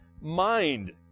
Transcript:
mind